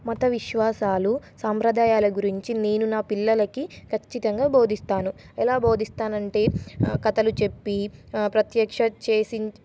మత విశ్వాసాలు సాంప్రదాయాల గురించి నేను నా పిల్లలకి ఖచ్చితంగా బోధిస్తాను ఎలా బోధిస్తానంటే కథలు చెప్పి ప్రత్యక్ష చేసిన్